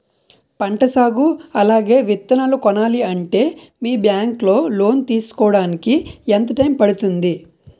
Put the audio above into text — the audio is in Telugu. పంట సాగు అలాగే విత్తనాలు కొనాలి అంటే మీ బ్యాంక్ లో లోన్ తీసుకోడానికి ఎంత టైం పడుతుంది?